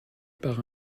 par